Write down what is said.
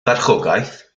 farchogaeth